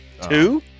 Two